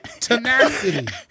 tenacity